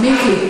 מיקי.